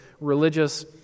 religious